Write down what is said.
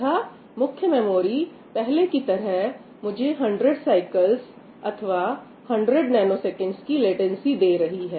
तथा मुख्य मेमोरी पहले की तरह मुझे 100 साइकिलस अथवा 100 नैनोसेकंडस की लेटेंसी दे रही है